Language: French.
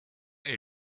est